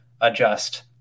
adjust